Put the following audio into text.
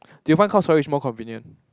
do you find cloud storage is more convenient